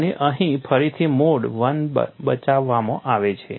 અને અહીં ફરીથી મોડ I બચાવમાં આવે છે